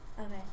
okay